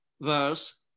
verse